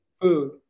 food